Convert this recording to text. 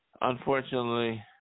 Unfortunately